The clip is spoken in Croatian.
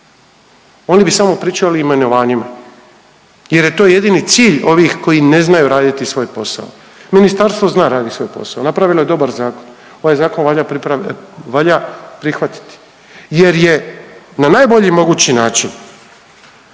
Oni bi samo pričali o imenovanjima, jer je to jedini cilj ovih koji ne znaju raditi svoj posao. Ministarstvo zna raditi svoj posao, napravilo je dobar zakon. Ovaj zakon valja prihvatiti, jer je na najbolji mogući način